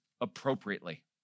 appropriately